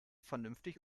vernünftig